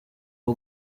uba